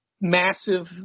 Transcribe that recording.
massive